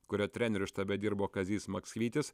kurio trenerių štabe dirbo kazys maksvytis